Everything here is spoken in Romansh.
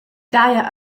daja